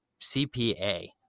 CPA